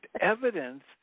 evidence